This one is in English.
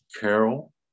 Carol